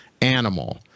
animal